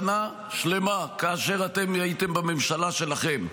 שנה שלמה כאשר אתם הייתם בממשלה שלכם,